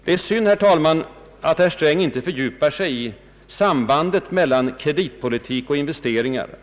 Det är synd, herr talman, att herr Sträng inte fördjupar sig i sambandet mellan kreditpolitik och investeringar.